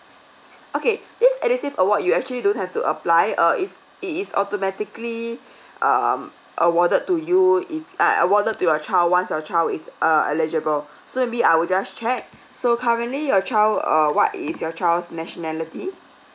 okay this edusave award you actually don't have to apply uh is it is automatically um awarded to you if uh uh awarded to your child once your child is uh eligible so maybe I'll just check so currently your child err what is your child's nationality